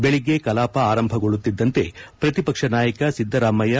ಬೆಳಗ್ಗೆ ಕಲಾಪ ಆರಂಭಗೊಳ್ಳುತ್ತಿದ್ದಂತೆ ಪ್ರತಿಪಕ್ಷ ನಾಯಕ ಸಿದ್ದರಾಮಯ್ಲ